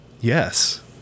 Yes